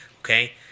Okay